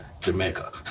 Jamaica